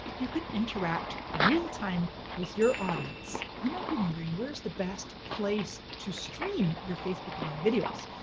you can interact real time with your audience. you might be wondering, where's the best place to stream your facebook live videos?